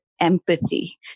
empathy